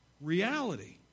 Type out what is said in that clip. reality